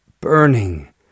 burning